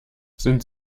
sind